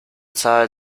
zahl